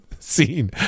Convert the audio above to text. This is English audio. scene